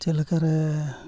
ᱪᱮᱫ ᱞᱮᱠᱟᱨᱮ